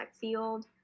field